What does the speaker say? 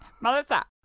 Melissa